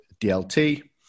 DLT